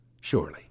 surely